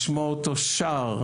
לשמוע אותו שר,